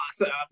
awesome